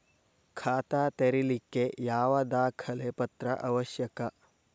ಖಾತಾ ತೆರಿಲಿಕ್ಕೆ ಯಾವ ದಾಖಲೆ ಪತ್ರ ಅವಶ್ಯಕ?